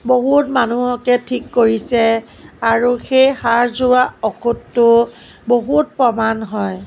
বহুত মানুহকে থিক কৰিছে আৰু সেই হাড় জোৰা ঔষধটো বহুত প্ৰমাণ হয়